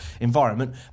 environment